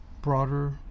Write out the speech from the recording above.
broader